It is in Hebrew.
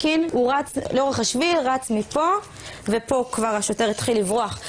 צו ביטוח בריאות ממלכתי שהעביר את האחריות ממשרד הבריאות לקופות החולים.